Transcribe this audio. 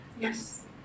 Yes